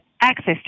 access